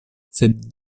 sed